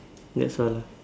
that's all ah